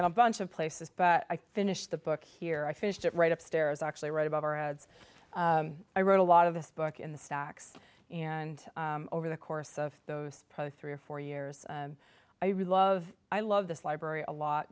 at a bunch of places but i finished the book here i finished it right upstairs actually right above our heads i wrote a lot of this book in the stacks and over the course of those probably three or four years i really love i love this library a lot